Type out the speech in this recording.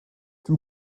two